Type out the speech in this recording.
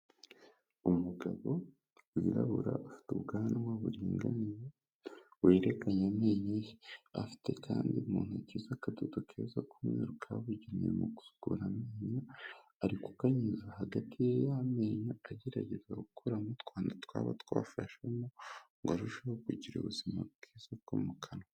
Umugabo wirabura afite ubwanwa buringaniye, wererekanye amenyo ye, aho afite kandi mu ntoki ze akadodo keza k'umweru kabugene mu gusukura amenyo, ari kukanyuza hagati y'amenyo agerageza gukuramo utwanda twaba twafashemo ngo arusheho kugira ubuzima bwiza bwo mu kanwa.